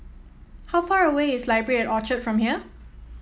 how far away is Library at Orchard from here